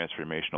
transformational